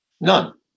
None